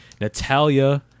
Natalia